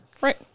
Right